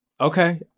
Okay